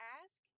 ask